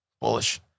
bullish